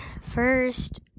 first